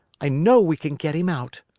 i know we can get him out,